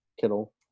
Kittle